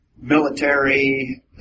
Military